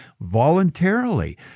voluntarily